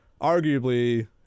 arguably